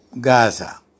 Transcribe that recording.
Gaza